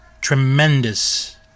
tremendous